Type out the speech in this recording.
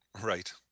Right